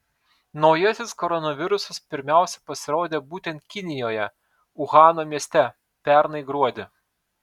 naujasis koronavirusas pirmiausia pasirodė būtent kinijoje uhano mieste pernai gruodį